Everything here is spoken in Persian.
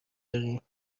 داریم